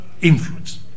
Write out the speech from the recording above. influence